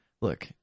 Look